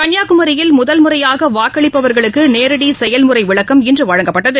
கன்னியாகுமரியில் முதன் முறையாகவாக்களிப்பவர்களுக்குநேரடிசெயல்முறைவிளக்கம் இன்றுவழங்கப்பட்டது